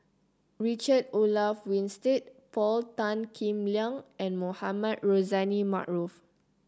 Richard Olaf Winstedt Paul Tan Kim Liang and Mohamed Rozani Maarof